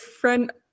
friend